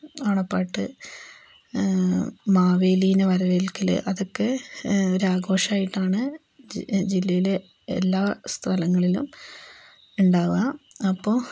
ഓണപ്പാട്ട് മാവേലീന വരവേൽക്കൽ അതൊക്കെ ഒരാഘോഷമായിട്ടാണ് ജില്ലയിലെ എല്ലാ സ്ഥലങ്ങളിലും ഉണ്ടാവുക അപ്പോൾ